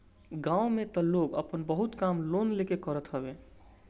गांव में तअ लोग आपन बहुते काम लोन लेके करत हवे